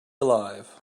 alive